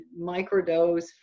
microdose